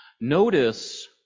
Notice